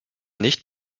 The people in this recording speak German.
nicht